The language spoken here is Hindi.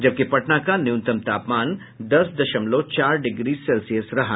जबकि पटना का न्यूनतम तापमान दस दशमलव चार डिग्री सेल्सियस रहा